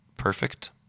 perfect